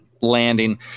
landing